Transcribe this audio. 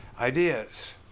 Ideas